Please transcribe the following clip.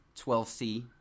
12C